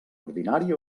ordinari